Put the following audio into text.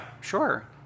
Sure